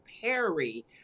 Perry